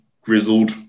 grizzled